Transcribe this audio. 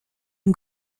une